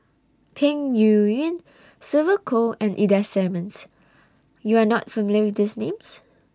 Peng Yuyun Sylvia Kho and Ida Simmons YOU Are not familiar with These Names